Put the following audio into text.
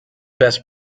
best